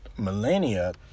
millennia